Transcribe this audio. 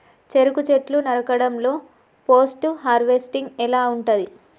చెరుకు చెట్లు నరకడం లో పోస్ట్ హార్వెస్టింగ్ ఎలా ఉంటది?